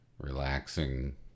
relaxing